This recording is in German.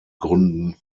gründen